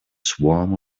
swarm